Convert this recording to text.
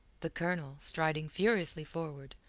the colonel, striding furiously forward,